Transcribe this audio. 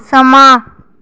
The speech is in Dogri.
समां